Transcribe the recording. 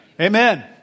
amen